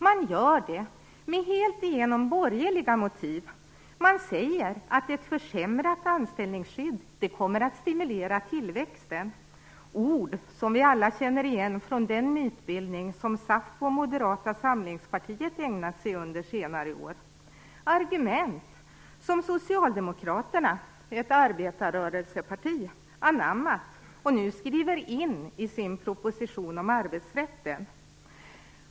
Man gör detta med helt igenom borgerliga motiv. Man säger att ett försämrat anställningsskydd kommer att stimulera tillväxten. Det är ord som vi alla känner igen från den mytbildning som SAF och Moderata samlingspartiet ägnat sig åt under senare åt. Dessa argument har Socialdemokraterna, ett arbetarrörelseparti, anammat och nu skriver man in dem i sin proposition om arbetsrätten.